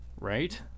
Right